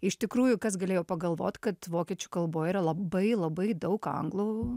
iš tikrųjų kas galėjo pagalvot kad vokiečių kalboj yra labai labai daug anglų